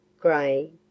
Gray